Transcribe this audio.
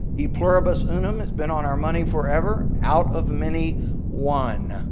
e pluribus unum has been on our money forever out of many one.